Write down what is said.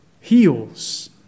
heals